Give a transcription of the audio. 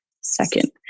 second